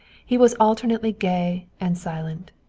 he was alternately gay and silent.